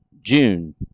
June